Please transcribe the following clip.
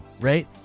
right